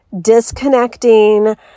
disconnecting